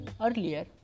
Earlier